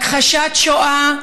הכחשת השואה,